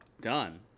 done